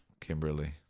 Kimberly